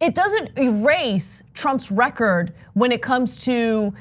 it doesn't erase trump's record when it comes to